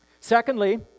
Secondly